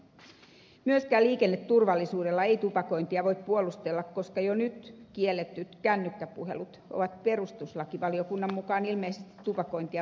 myöskään liikenneturvallisuudella ei tupakointia voi puolustella koska jo nyt kielletyt kännykkäpuhelut ovat perustuslakivaliokunnan mukaan ilmeisesti tupakointia vaarallisempia liikenteessä